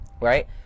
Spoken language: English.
right